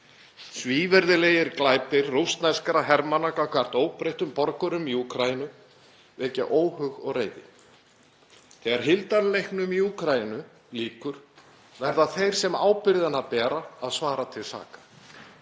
Svívirðilegir glæpir rússneskra hermanna gagnvart óbreyttum borgurum í Úkraínu vekja óhug og reiði. Þegar hildarleiknum í Úkraínu lýkur verða þeir sem ábyrgðina bera að svara til saka.